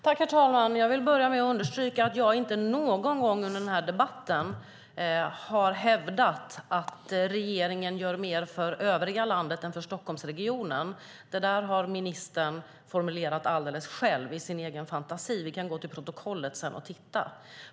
Herr talman! Jag vill börja med att understryka att jag inte någon gång under den här debatten har hävdat att regeringen gör mer för övriga landet än för Stockholmsregionen. Det har ministern formulerat alldeles själv i sin egen fantasi. Vi kan gå till protokollet sedan och titta.